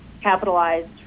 capitalized